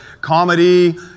comedy